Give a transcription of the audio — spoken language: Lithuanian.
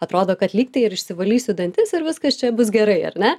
atrodo kad lygtai ir išsivalysiu dantis ir viskas čia bus gerai ar ne